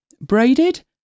Braided